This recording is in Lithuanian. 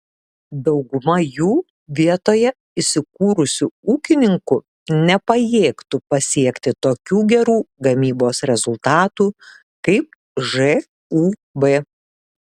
dauguma jų vietoje įsikūrusių ūkininkų nepajėgtų pasiekti tokių gerų gamybos rezultatų kaip žūb